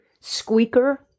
squeaker